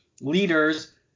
leaders